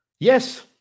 Yes